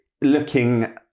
looking